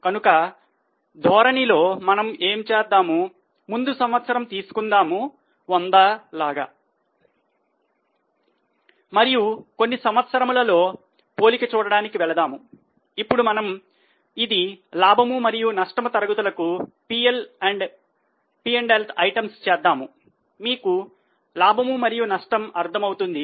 కనుక ఈ ధోరణి చేద్దాము మీకు లాభము మరియు నష్టం అర్థం అంతమవుతుంది